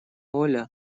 оля